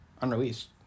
unreleased